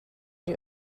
you